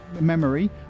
Memory